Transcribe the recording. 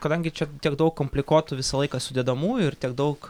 kadangi čia tiek daug komplikuotų visą laiką sudedamųjų ir tiek daug